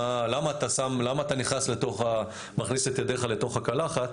למה אתה מכניס את ידיך לתוך הקלחת?